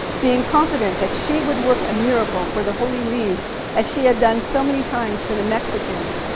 being confident that she would work a miracle for the holy league as she had done so many times for the mexicans.